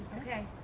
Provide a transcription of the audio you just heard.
Okay